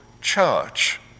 church